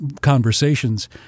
conversations